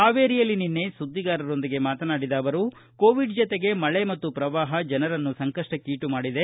ಹಾವೇರಿಯಲ್ಲಿ ನಿನ್ನೆ ಸುದ್ದಿಗಾರರೊಂದಿಗೆ ಮಾತನಾಡಿದ ಅವರು ಕೊವಿಡ್ ಜತೆಗೆ ಮಳೆ ಮತ್ತು ಪ್ರವಾಪ ಜನರನ್ನು ಸಂಕಪ್ಪಕ್ಷೀಡು ಮಾಡಿದೆ